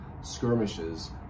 skirmishes